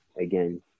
again